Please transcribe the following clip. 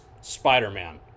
Spider-Man